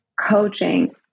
coaching